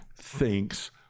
thinks